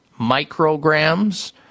micrograms